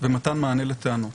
ומתן מענה לטענות.